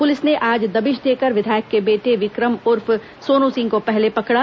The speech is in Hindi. पुलिस ने आज दबिश देकर विधायक के बेटे विक्रम उर्फ सोनु सिंह को पहले पकड़ा